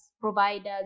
providers